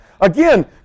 Again